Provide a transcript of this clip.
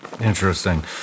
Interesting